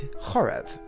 Chorev